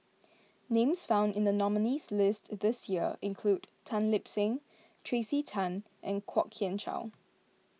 names found in the nominees' list this year include Tan Lip Seng Tracey Tan and Kwok Kian Chow